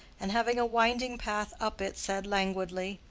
and having a winding path up it, said languidly,